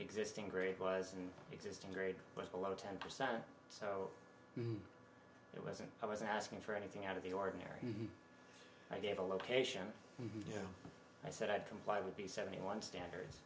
existing grade was and existing grade but a lot of ten percent so it wasn't i wasn't asking for anything out of the ordinary i gave a location i said i'd comply with the seventy one standards